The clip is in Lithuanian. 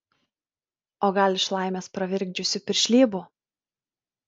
o gal iš laimės pravirkdžiusių piršlybų